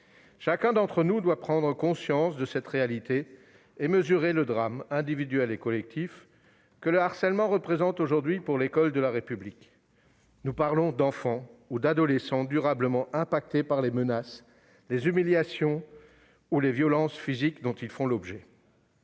Chacun d'entre nous doit prendre conscience de cette réalité et mesurer le drame, individuel et collectif, que le harcèlement représente aujourd'hui pour l'école de la République. Nous parlons d'enfants ou d'adolescents durablement affectés par les menaces, les humiliations ou les violences physiques dont ils font l'objet.